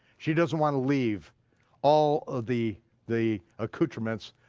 she doesn't wanna leave all of the the accoutrements,